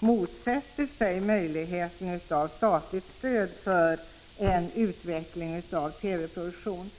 motsätter sig möjligheten till statligt stöd för en utveckling av TV-produktion.